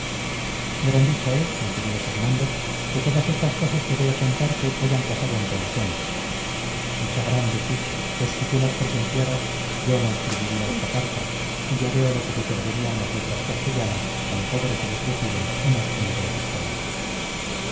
gran dicha es mi querido fernando que todas estas cosas que voy a contarte hayan pasado en tu ausencia dicha grande sí pues si tú las presenciaras yo no escribiría esta carta y ya veo lo que se perderían las letras castellanas tan pobres y deslucidas en el género epistolar